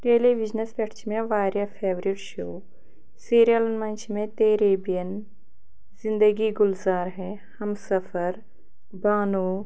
ٹیلی وِجنَس پٮ۪ٹھ چھِ مےٚ واریاہ فیورِٹ شو سیٖریَلَن منٛز چھِ مےٚ تیرے بِن زِندگی گُلزار ہے ہمسفر بانو